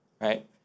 right